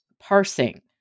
parsing